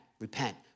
repent